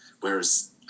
Whereas